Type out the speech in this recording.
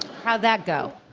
how'd that go?